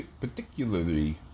Particularly